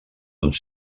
uns